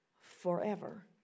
forever